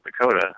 Dakota